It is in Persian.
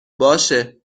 باشه